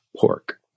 pork